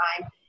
time